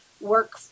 work